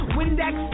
Windex